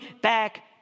back